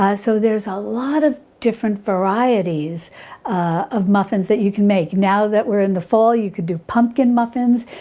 ah so there's a lot of different varieties of muffins that you can make, now that were in the fall you could do pumpkin muffins.